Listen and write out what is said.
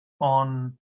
on